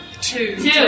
two